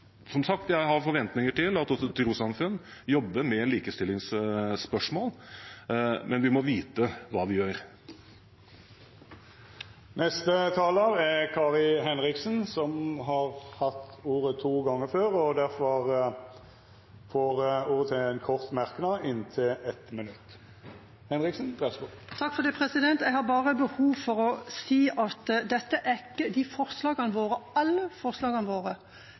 Som sagt: Jeg har forventninger til at også trossamfunn jobber med likestillingsspørsmål, men vi må vite hva vi gjør. Representanten Kari Henriksen har hatt ordet to gonger tidlegare og får ordet til ein kort merknad, avgrensa til 1 minutt. Jeg har bare behov for å si at disse forslagene våre – alle forslagene våre